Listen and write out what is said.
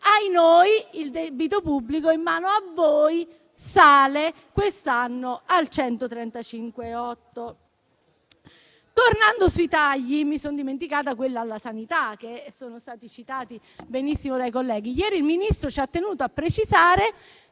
di 135. Il debito pubblico quindi in mano a voi purtroppo quest'anno sale al 135,8 per cento. Tornando sui tagli, mi sono dimenticata quelli alla sanità, che sono stati citati benissimo dai colleghi. Ieri il Ministro ha tenuto a precisare